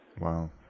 Wow